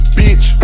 bitch